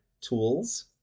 tools